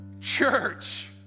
church